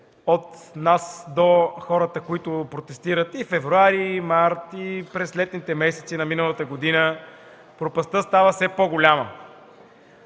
от нас до хората, които протестират и през февруари, и през март, и през летните месеци на миналата година, става все по-голяма.